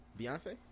Beyonce